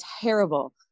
terrible